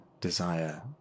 desire